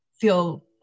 feel